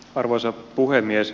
arvoisa puhemies